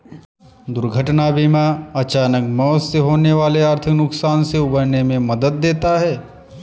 दुर्घटना बीमा अचानक मौत से होने वाले आर्थिक नुकसान से उबरने में मदद देता है